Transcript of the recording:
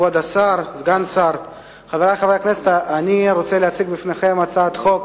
עוברים להצעת החוק הבאה: הצעת חוק